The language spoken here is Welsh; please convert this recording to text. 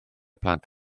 plant